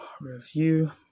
review